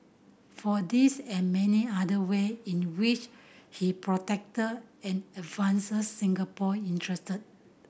for this and many other way in which he protected and advanced Singapore interest